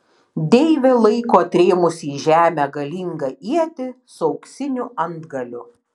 deivė laiko atrėmusi į žemę galingą ietį su auksiniu antgaliu